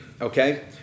Okay